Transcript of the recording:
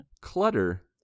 clutter